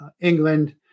England